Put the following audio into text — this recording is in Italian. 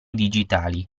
digitali